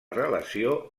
relació